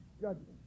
judgment